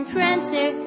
Prancer